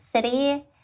city